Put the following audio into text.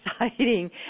exciting